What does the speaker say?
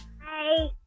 Hi